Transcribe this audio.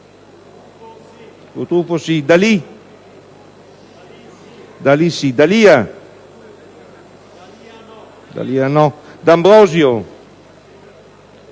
D'Ambrosio